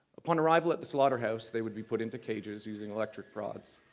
upon arrival at the slaughterhouse, they would be put into cages, using electric prods,